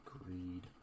Agreed